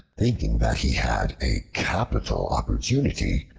thinking that he had a capital opportunity,